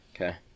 Okay